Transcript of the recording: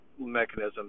mechanism